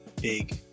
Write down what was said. big